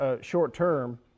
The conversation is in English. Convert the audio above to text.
short-term